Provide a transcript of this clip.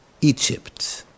Egypt